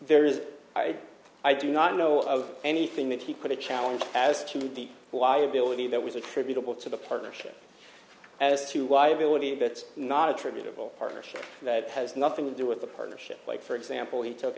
there is i do not know of anything that he couldn't challenge as to the liability that was attributable to the partnership as to why ability that's not attributable partnership that has nothing to do with the partnership like for example he took